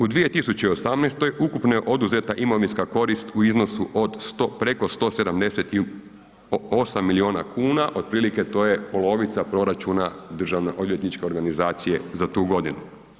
U 2018. ukupno je oduzeta imovinska korist u iznosu od 100, preko 178 milijuna kuna, otprilike to je polovica proračuna odvjetničke organizacije za tu godinu.